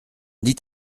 dit